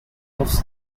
offs